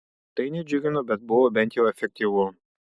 tai nedžiugino bet buvo bent jau efektyvu